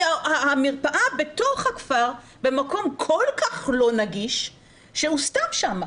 כי המרפאה בתוך הכפר במקום כל כך לא נגיש שהיא סתם שם.